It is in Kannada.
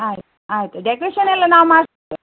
ಆಯ್ತು ಆಯಿತು ಡೆಕೊರೇಶನ್ನೆಲ್ಲ ನಾನು ಮಾಡಿಸ್ತೆ